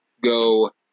go